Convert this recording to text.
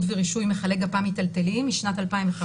ורישוי מכלי גפ"מ מטלטלים משנת 2015,